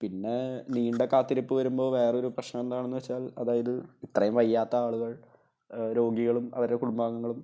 പിന്നെ നീണ്ട കാത്തിരുപ്പു വരുമ്പോൾ വേറൊരു പ്രശ്നം എന്താണെന്നു വെച്ചാൽ അതായത് ഇത്രയും വയ്യാത്ത ആളുകൾ രോഗികളും അവരുടെ കുടുംബാംഗങ്ങളും